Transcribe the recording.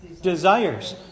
Desires